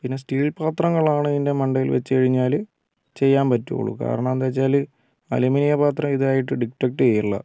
പിന്നെ സ്റ്റീൽ പാത്രങ്ങളാണ് ഇതിൻ്റെ മണ്ടയിൽ വച്ച് കഴിഞ്ഞാൽ ചെയ്യാൻ പറ്റുള്ളൂ കാരണം എന്താ വച്ചാൽ അലൂമിനിയം പാത്രം ഇതായിട്ട് ഡിറ്റക്ട് ചെയ്യില്ല